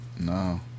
No